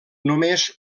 només